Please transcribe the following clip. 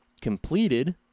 completed